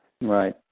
Right